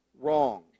wrong